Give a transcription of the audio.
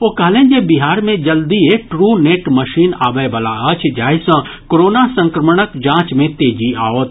ओ कहलनि जे बिहार मे जल्दीय ट्रू नेट मशीन आबयवला अछि जाहि सँ कोरोना संक्रमणक जांच मे तेजी आओत